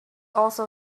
also